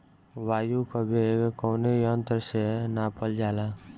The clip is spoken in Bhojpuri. वायु क वेग कवने यंत्र से नापल जाला?